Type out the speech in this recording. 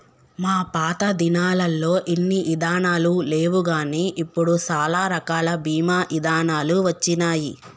మా పాతదినాలల్లో ఇన్ని ఇదానాలు లేవుగాని ఇప్పుడు సాలా రకాల బీమా ఇదానాలు వచ్చినాయి